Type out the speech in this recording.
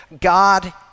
God